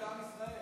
בשביל עם ישראל.